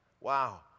Wow